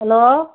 hello